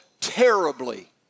terribly